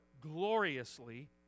gloriously